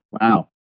Wow